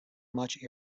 much